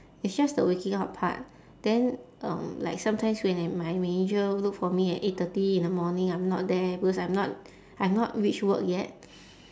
it's just the waking up part then um like sometimes when my manager look for me at eight thirty in the morning I'm not there because I'm not I've not reach work yet